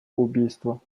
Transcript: убийство